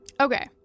Okay